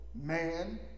man